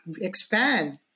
expand